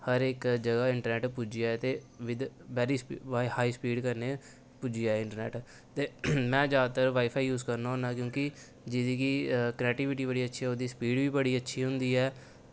हर इक जगह इंटरनैट्ट पुज्जी जाए ते विद वैरी स्पी बाय हाई स्पीड कन्नै पुज्जी जाए इंटरनैट्ट ते में जैदातर वाई फाई यूज करना होन्नां की जे जेह्दी कि कनेक्टिविटी बड़ी अच्छी ऐ ओह्दी स्पीड बी बड़ी अच्छी होंदी ऐ